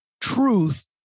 truth